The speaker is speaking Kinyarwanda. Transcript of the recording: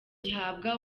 gihabwa